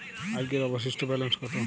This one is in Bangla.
আজকের অবশিষ্ট ব্যালেন্স কত?